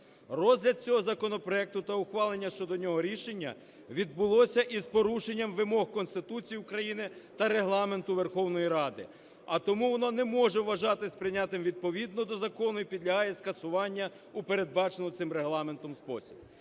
Розгляд цього законопроекту та ухвалення щодо нього рішення відбулося із порушенням вимог Конституції України та Регламенту Верховної Ради, а тому воно не може вважатись прийнятим відповідно до закону і підлягає скасуванню у передбаченому цим Регламентом спосіб.